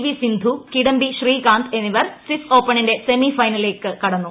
V Sindhu Kidambi Srikanth എന്നിവർ Swiss ഓപ്പണിന്റെ semi ഫൈനലിലേക്ക് കടന്നു